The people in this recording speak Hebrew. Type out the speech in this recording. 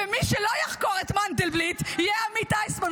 ומי שלא יחקור את מנדלבליט יהיה עמית איסמן,